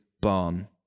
barn